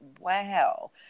wow